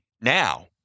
Now